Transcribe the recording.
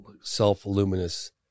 self-luminous